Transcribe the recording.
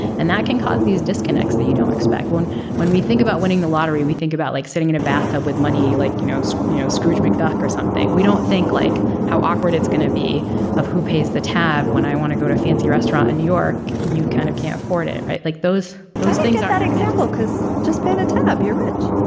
and that can cause these disconnects that you don't expect when when we think about winning the lottery we think about like sitting in a bathtub with money like you know so you know scrooge mcduck or something. we don't think like how awkward it's going to be of who pays the tab when i want to go to a fancy restaurant in new york and you kind of can't afford it right like those those things are an example because just paying the tab you're rich.